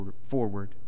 forward